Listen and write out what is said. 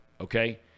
okay